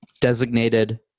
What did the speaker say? Designated